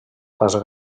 pas